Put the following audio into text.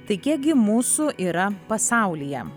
tai kiekgi mūsų yra pasaulyje